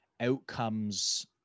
Outcomes